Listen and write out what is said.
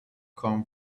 come